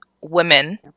women